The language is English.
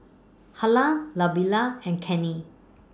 Harlan Lavera and Cannie